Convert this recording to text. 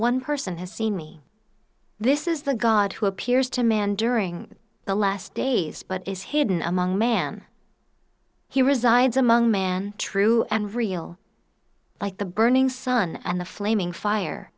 one person has seen me this is the god who appears to man during the last days but is hidden among man he resides among men true and real like the burning sun and the flaming fire